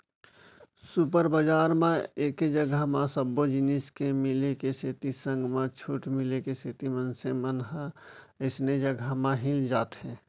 super बजार म एके जघा म सब्बो जिनिस के मिले के सेती संग म छूट मिले के सेती मनसे मन ह अइसने जघा म ही जाथे